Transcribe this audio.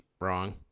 wrong